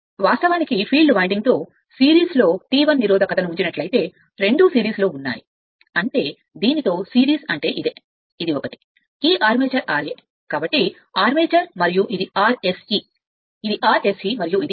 వాస్తవానికి ఫీల్డ్ వైండింగ్తో సిరీస్లో T 1 నిరోధకత ను ఉంచినట్లయితే రెండూ సిరీస్లో ఉన్నాయి అంటే దీనితో సిరీస్ అంటే ఇదే ఇది ఒకటి ఈ ఆర్మేచర్ ra కాబట్టి ఆర్మేచర్ మరియు ఇది Rse ఇది Rse మరియు ఇది R